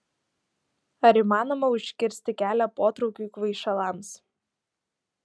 ar įmanoma užkirsti kelią potraukiui kvaišalams